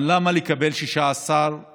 אבל למה לקבל 16 שרים?